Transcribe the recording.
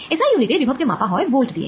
S I unit এ বিভব কে মাপা হয় ভোল্ট দিয়ে